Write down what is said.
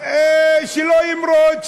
שלא ימרוד,